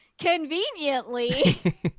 Conveniently